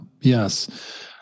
Yes